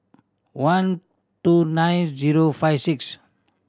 one two nine zero five six